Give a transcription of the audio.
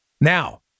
Now